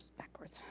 backwards.